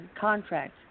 contract